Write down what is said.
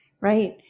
Right